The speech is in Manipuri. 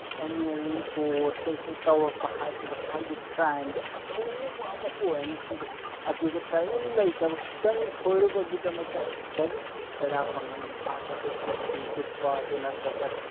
ꯑꯦ ꯃꯦ ꯂꯦ ꯀꯣꯔꯠ ꯀꯩꯀꯩ ꯇꯧꯔꯛꯄ ꯍꯥꯏꯕꯁꯤꯗꯤ ꯍꯥꯏꯕꯗꯤ ꯀ꯭ꯔꯥꯝꯗꯣ ꯑꯆꯧꯕ ꯑꯃ ꯑꯣꯏꯔꯅꯤ ꯍꯥꯏꯗꯤ ꯑꯗꯨꯗ ꯀꯔꯤꯝ ꯂꯩꯇꯕ ꯈꯤꯇꯪ ꯁꯣꯏꯔꯨꯕꯒꯤꯗꯃꯛꯇ ꯀꯔꯤ ꯆꯩꯔꯥꯛ ꯐꯪꯒꯅꯤ ꯃꯍꯥꯛ ꯑꯗꯨ ꯄꯨꯟꯁꯤ ꯆꯨꯞꯄ ꯑꯗꯨ ꯅꯠꯇ꯭ꯔꯒ